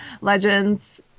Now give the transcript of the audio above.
Legends